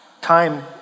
time